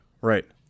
Right